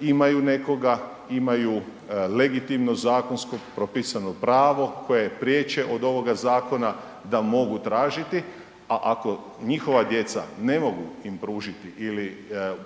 imaju nekoga, imaju legitimno zakonsko propisano pravo koje je priječe od ovoga zakona, da mogu tražiti, a ako njihova djeca ne mogu im pružiti ili